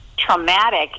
traumatic